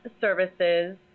services